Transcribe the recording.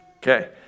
Okay